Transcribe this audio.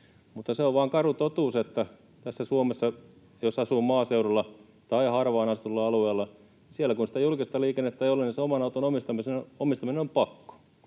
se on vaan karu totuus, että jos Suomessa asuu maaseudulla tai harvaan asutulla alueella, siellä kun sitä julkista liikennettä ei ole, niin se oman auton omistaminen on pakko.